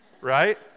Right